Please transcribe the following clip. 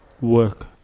Work